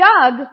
Doug